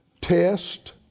test